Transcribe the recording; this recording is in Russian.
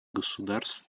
государств